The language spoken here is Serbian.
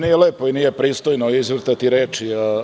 Nije lepo i nije pristojno izvrtati reči.